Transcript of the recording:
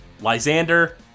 Lysander